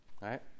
Right